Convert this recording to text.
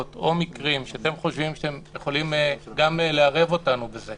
או מקרים שאתם חושבים שהם יכולים גם לערב אותנו בזה